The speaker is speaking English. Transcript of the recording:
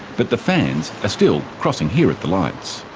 but the fans are still crossing here at the lights.